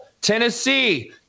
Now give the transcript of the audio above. Tennessee